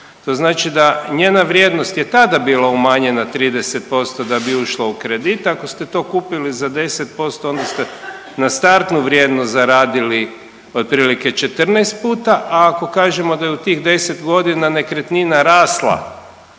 To znači da njena vrijednost je tada bila umanjena 30% da bi ušla u kredit. Ako ste to kupili za 10% onda ste na startnu vrijednost zaradili otprilike 14 puta, a ako kažemo da je u tih 10 godina nekretnina rasla